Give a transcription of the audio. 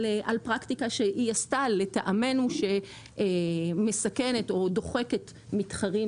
על פרקטיקה שהיא עשתה לטעמנו שמסכנת או דוחקת מתחרים